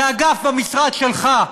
זה אגף במשרד שלך,